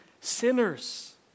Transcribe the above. sinners